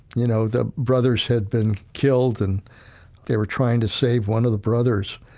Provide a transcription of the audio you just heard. you know, the brothers had been killed and they were trying to save one of the brothers.